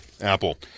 Apple